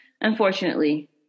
unfortunately